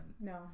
No